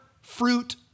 fruit